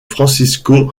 francisco